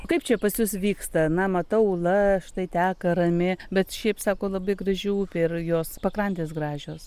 kaip čia pas jus vyksta na matau ūla štai teka rami bet šiaip sako labai graži upė ir jos pakrantės gražios